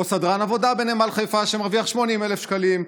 או סדרן עבודה בנמל חיפה שמרוויח 80,000 שקלים,